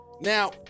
now